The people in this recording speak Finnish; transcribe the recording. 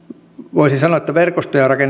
voisi sanoa että verkostoja on